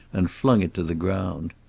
and flung it to the ground.